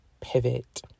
pivot